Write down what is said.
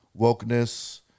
wokeness